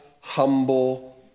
humble